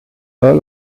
earl